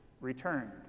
returned